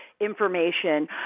information